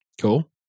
Cool